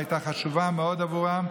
והייתה חשובה מאוד עבורם,